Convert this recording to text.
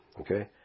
Okay